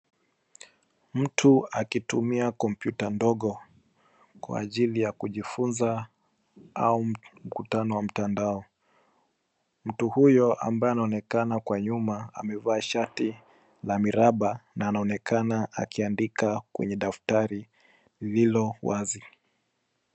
Mtu akitumia kompyuta ndogo kwa ajili ya kujifunza au mtandao. Mtu huyo ambaye anaonekana kwa nyuma amevaa shati la miraba na anaonekana akiandika kwenye daftari lililo wazi.